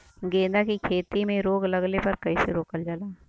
गेंदा की खेती में रोग लगने पर कैसे रोकल जाला?